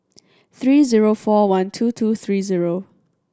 three zero four one two two three zero